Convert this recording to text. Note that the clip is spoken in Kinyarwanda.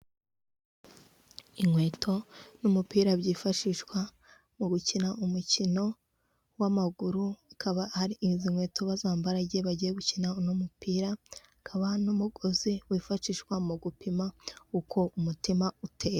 Inkweto n'umupira byifashishwa mu gukina umukino w'amaguru ikaba ari izi nkweto bazambara igihe bagiye gukina uno mupira akaba n'umugozi wifashishwa mu gupima uko umutima utera.